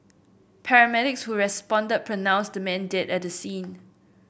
paramedics who responded pronounced the man dead at the scene